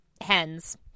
hens